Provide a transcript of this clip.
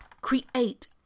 create